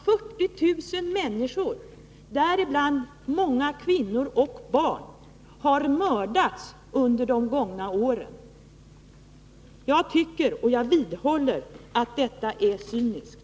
40 000 människor, däribland många kvinnor och barn, har mördats under de senaste åren. Jag vidhåller att detta är cyniskt.